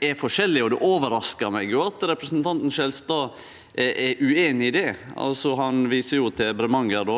det overraskar meg at representanten Skjelstad er ueinig i det. Han viser til Bremanger,